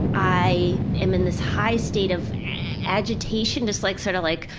i am in this high state of agitation, just like sort of like,